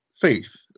faith